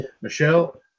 Michelle